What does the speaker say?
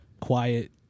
quiet